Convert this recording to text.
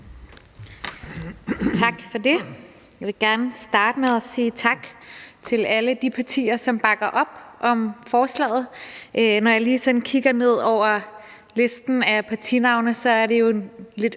Tak for det. Jeg vil gerne starte med at sige tak til alle de partier, som bakker op om forslaget. Når jeg lige sådan kigger ned over listen af partinavne, er det jo en lidt